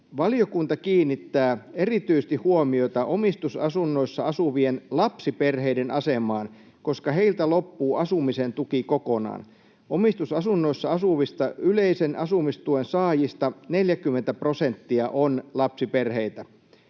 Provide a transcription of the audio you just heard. ”Valiokunta kiinnittää erityisesti huomiota omistusasunnoissa asuvien lapsiperheiden asemaan, koska heiltä loppuu asumisen tuki kokonaan. Omistusasunnoissa asuvista yleisen asumistuen saajista 40 prosenttia on lapsiperheitä.”